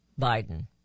Biden